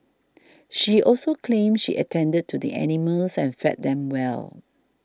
she also claimed she attended to the animals and fed them well